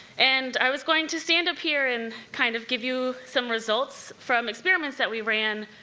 and i was going to stand up here and kind of give you some results from experiments that we ran,